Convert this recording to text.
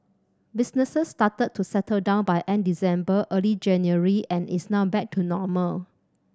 business started to settle down by end December early January and is now back to normal